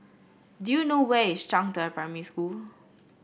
do you know where is Zhangde Primary School